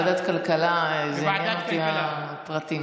ועדת כלכלה, בוועדת כלכלה.